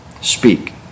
speak